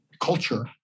culture